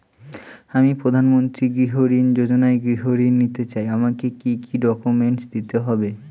আমি প্রধানমন্ত্রী গৃহ ঋণ যোজনায় গৃহ ঋণ নিতে চাই আমাকে কি কি ডকুমেন্টস দিতে হবে?